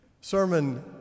Sermon